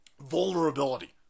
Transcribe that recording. vulnerability